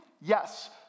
yes